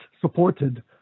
supported